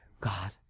God